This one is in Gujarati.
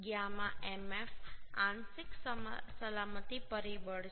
γ mf આંશિક સલામતી પરિબળ છે